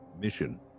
mission